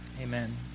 Amen